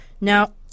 Now